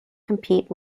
compete